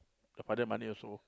the father money also